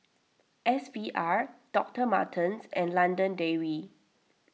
S V R Doctor Martens and London Dairy